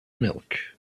milk